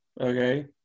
okay